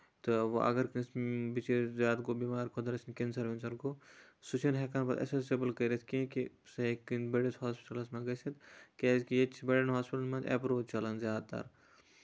تہٕ وۄنۍ اَگر کٲنسہِ بِچٲرِس زیادٕ گوٚو بیمار خۄدا رٔچھِنۍ کٮ۪نسَر وٮ۪نسَر گوٚو سُہ چھُنہٕ ہٮ۪کان پَتہٕ اٮ۪سیسِبٕل کٔرِتھ کینٛہہ کہِ سُہ ہیٚکہِ کُنہِ بٔڑِس ہاسپِٹلَس منٛز گٔژِتھ کیٛازِ کہِ ییٚتہِ چھِ بڑٮ۪ن ہاسپِٹلَن منٛز اٮ۪پروچ چَلان زیادٕ تر